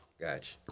Gotcha